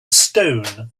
stone